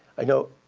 i know,